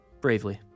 Bravely